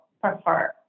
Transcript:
prefer